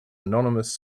anonymous